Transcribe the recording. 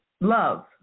Love